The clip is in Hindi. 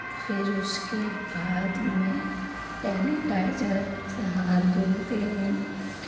फिर उसके बाद में सैनिटाइज़र से हाथ धुलते हैं